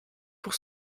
pour